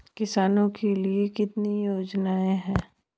किसानों के लिए कितनी योजनाएं हैं?